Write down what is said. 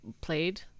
played